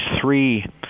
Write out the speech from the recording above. three